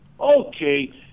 Okay